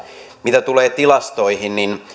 mitä tulee tilastoihin niin